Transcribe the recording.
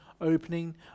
opening